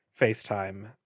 facetime